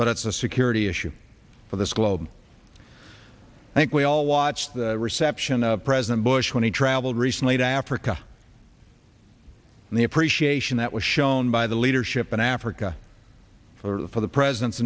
but it's a security issue for this globe i think we all watched the reception of president bush when he traveled recently to africa and the appreciation that was shown by the leadership in africa for the president's